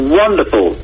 wonderful